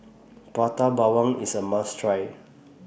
Prata Bawang IS A must Try